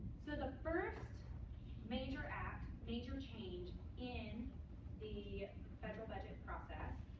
so the first major act, major change in the federal budget process,